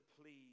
please